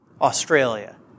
Australia